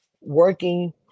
working